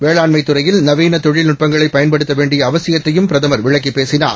வேளாண்மைத்துறையில்நவீனதொழில்நுட்பங்களைபயன்ப டுத்தவேண்டியஅவசியத்தையும்பிரதமர்விளக்கிப்பேசினார்